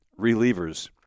relievers